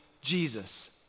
Jesus